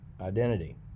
identity